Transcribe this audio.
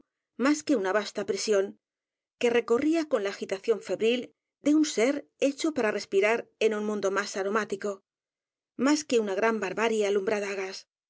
mas que una vasta prisión que recorría con la agitación febril de un ser hecho para respirar en un mundo más aromático mas que una g r a n barbarie alumbrada á gas